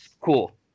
cool